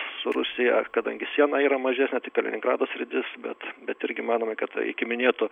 su rusija kadangi siena yra mažesnė kaliningrado sritis bet bet irgi manome kad iki minėtų